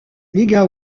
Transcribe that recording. liga